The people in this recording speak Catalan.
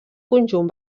conjunt